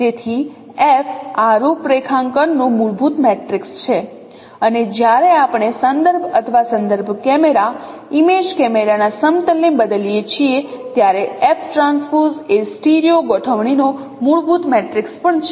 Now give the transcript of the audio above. તેથી F આ રૂપરેખાંકનનું મૂળભૂત મેટ્રિક્સ છે અને જ્યારે આપણે સંદર્ભ અથવા સંદર્ભ કેમેરા ઇમેજ કેમેરા ના સમતલ ને બદલીએ છીએ ત્યારે F ટ્રાન્સપોઝ એ સ્ટીરિયો ગોઠવણી નો મૂળભૂત મેટ્રિક્સ પણ છે